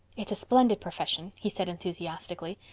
it's a splendid profession, he said enthusiastically.